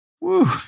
Woo